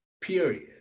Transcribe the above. Period